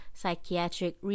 psychiatric